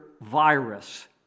virus